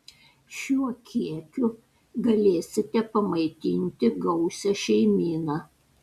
šiuo kiekiu galėsite pamaitinti gausią šeimyną